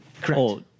Correct